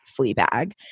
Fleabag